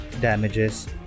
damages